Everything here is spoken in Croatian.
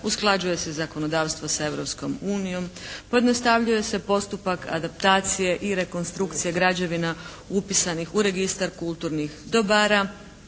usklađuje se zakonodavstvo sa Europskom unijom, pojednostavljuje se postupak adaptacije i rekonstrukcije građevina upisanih u registar kulturnih dobara.